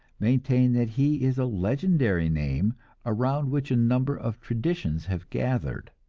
maintain that he is a legendary name around which a number of traditions have gathered.